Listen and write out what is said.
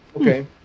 Okay